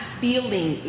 feeling